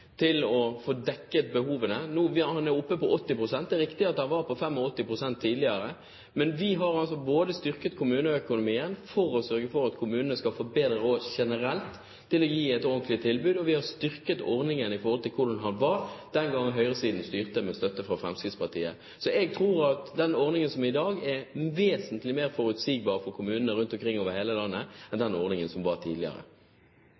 til å få dekket behovene. Den er oppe på 80 pst – det er riktig at den var på 85 pst. tidligere. Men vi har altså både styrket kommuneøkonomien for å sørge for at kommunene generelt skal få bedre råd til å gi et ordentlig tilbud, og vi har styrket ordningen i forhold til hvordan den var den gangen høyresiden styrte med støtte fra Fremskrittspartiet. Så jeg tror at den ordningen som er i dag, er vesentlig mer forutsigbar for kommunene rundt omkring over hele landet enn den ordningen som var tidligere.